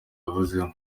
yahozemo